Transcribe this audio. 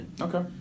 Okay